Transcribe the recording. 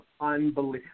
Unbelievable